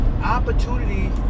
opportunity